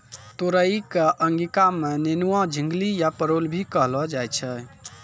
तुरई कॅ अंगिका मॅ नेनुआ, झिंगली या परोल भी कहलो जाय छै